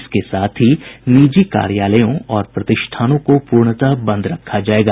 इसके साथ ही निजी कार्यालयों और प्रतिष्ठानों को पूर्णतः बंद रखा जायेगा